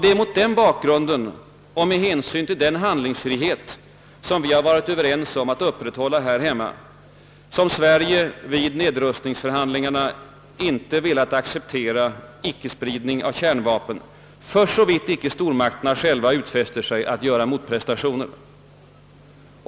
Det är mot den bakgrunden och med hänsyn till den handlingsfrihet, som vi varit överens om att upprätthålla här hemma, som Sverige i nedrustningsförhandlingarna med rätta icke velat acceptera icke-spridning av kärnvapen, för såvitt icke stormakterna själva utfäster sig att göra motprestationer.